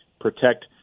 protect